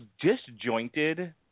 disjointed